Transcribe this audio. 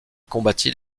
combattit